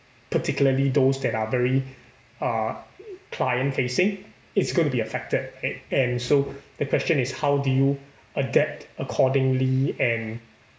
particularly those that are very uh client facing it's going to be affected and and so the question is how do you adapt accordingly and